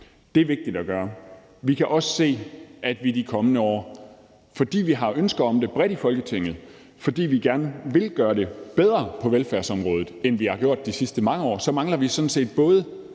Det er vigtigt at gøre. Fordi vi har et ønske om bredt i Folketinget, at vi gerne vil gøre det bedre på velfærdsområdet, end vi har gjort de sidste mange år, så mangler vi sådan set både